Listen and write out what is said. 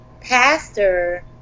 pastor